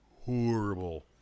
Horrible